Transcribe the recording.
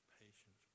patience